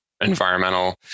environmental